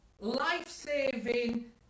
life-saving